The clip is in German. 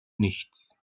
nichts